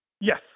Yes